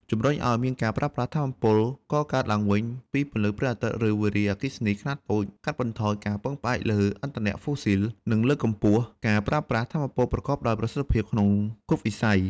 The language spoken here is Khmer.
ជំរុញអោយមានការប្រើប្រាស់ថាមពលកកើតឡើងវិញ ពីពន្លឺព្រះអាទិត្យ ឬ វារីអគ្គិសនីខ្នាតតូច កាត់បន្ថយការពឹងផ្អែកលើឥន្ធនៈហ្វូស៊ីល និងលើកកម្ពស់ការប្រើប្រាស់ថាមពលប្រកបដោយប្រសិទ្ធភាពក្នុងគ្រប់វិស័យ។